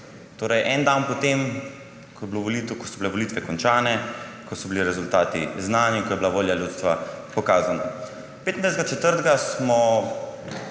torej en dan po tem, ko so bile volitve končane, ko so bili rezultati znani, ko je bila volja ljudstva pokazana. 25. 4. smo